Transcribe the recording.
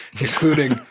including